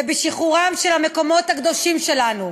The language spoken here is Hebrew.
ובשחרורם של המקומות הקדושים שלנו.